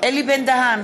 אלי בן-דהן,